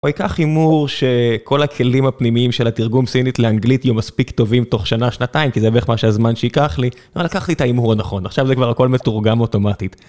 או אקח הימור שכל הכלים הפנימיים של התרגום סינית לאנגלית יהיו מספיק טובים תוך שנה, שנתיים, כי זה בערך מה שהזמן שייקח לי. אבל לקחתי את ההימור הנכון, עכשיו זה כבר הכל מתורגם אוטומטית.